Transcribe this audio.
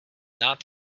not